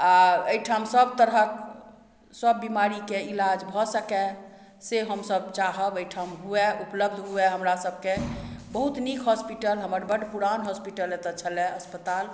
आ एहिठाम सब तरहक सब बिमारी के इलाज भऽ सकय से हमसब चाहब एहिठाम हुए उपलब्ध हुए हमरा सबके बहुत नीक हॉस्पिटल हमर बड पुरान हॉस्पिटल एतय छलाह अस्पताल